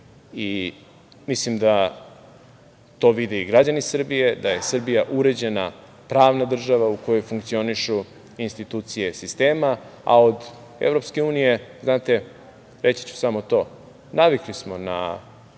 i mislim da to vide i građani Srbije, da je Srbija uređena pravna država u kojoj funkcionišu institucije sistema, a od EU znate, reći ću samo to, navikli smo na